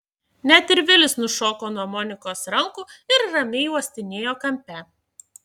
net ir vilis nušoko nuo monikos rankų ir ramiai uostinėjo kampe